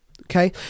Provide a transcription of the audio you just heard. okay